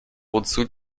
wozu